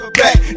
back